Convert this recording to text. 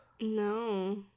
No